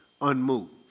unmoved